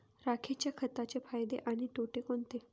राखेच्या खताचे फायदे आणि तोटे कोणते?